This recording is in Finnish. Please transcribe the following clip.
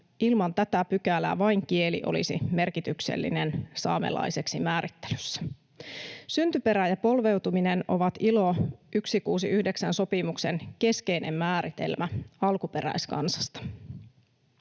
ilman tätä pykälää vain kieli olisi merkityksellinen saamelaiseksi määrittelyssä. Syntyperä ja polveutuminen ovat ILO 169 ‑sopimuksen keskeinen määritelmä alkuperäiskansasta.